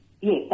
Yes